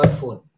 phone